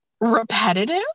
repetitive